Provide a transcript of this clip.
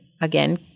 again